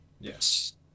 yes